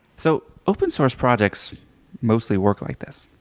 so open-source projects mostly work like this.